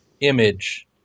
image